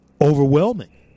overwhelming